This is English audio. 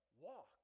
walk